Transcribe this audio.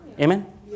Amen